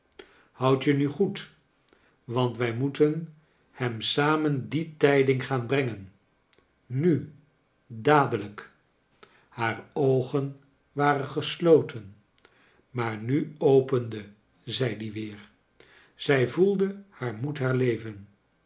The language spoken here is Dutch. houd je nu goed want wij moeten hem samen die tijding gaan brengen nu dadelijk haar oogen waren gesloten maar nu opende zij die weer zij voelda haar moed herleven